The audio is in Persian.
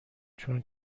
چون